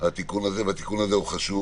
התיקון הזה חשוב.